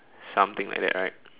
something like that right